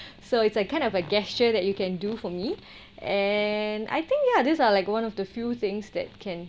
so it's like kind of a gesture that you can do for me and I think ya these are like one of the few things that can